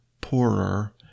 poorer